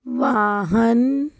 ਵਾਹਨ